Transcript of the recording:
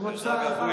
דרך אגב,